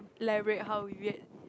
elaborate how weird